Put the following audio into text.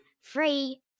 free